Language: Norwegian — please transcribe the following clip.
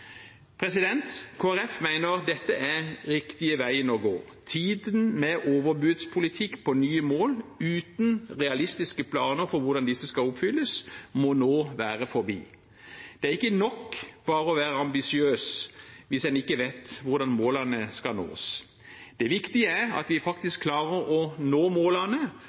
dette er riktig vei å gå. Tiden med overbudspolitikk på nye mål uten realistiske planer for hvordan disse skal oppfylles, må nå være forbi. Det er ikke nok bare å være ambisiøs hvis en ikke vet hvordan målene skal nås. Det viktige er at vi faktisk klarer å nå målene,